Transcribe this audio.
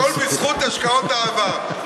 הכול בזכות השקעות העבר.